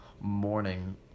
morning